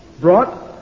brought